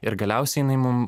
ir galiausiai jinai mum